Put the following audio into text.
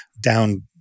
down